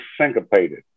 syncopated